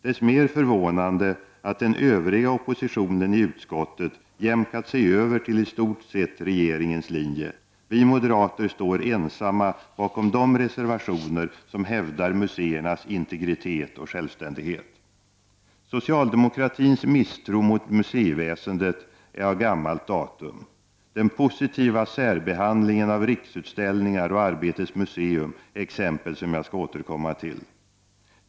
Desto mer förvånande är det att den övriga oppositionen i utskottet jämkat sig över till i stort sett regeringens linje. Vi moderater står ensamma bakom de reservationer som hävdar museernas integritet och självständighet. Socialdemokratins misstro mot museiväsendet är av gammalt datum. Den positiva särbehandlingen av Riksutställningar och Arbetets museum är exempel som jag skall återkomma till.